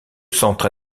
centre